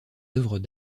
œuvres